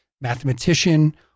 mathematician